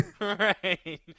right